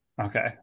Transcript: okay